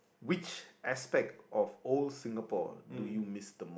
which aspect of old Singapore do you miss the